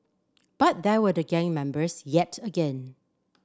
but there were the gang members yet again